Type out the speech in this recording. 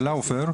בלאופר,